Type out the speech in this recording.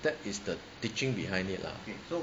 that is the teaching behind it lah